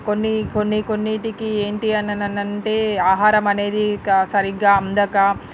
కొన్ని కొన్ని కొన్నింటికి ఏంటి అనననంటే ఆహారం అనేది కా సరిగ్గా అందక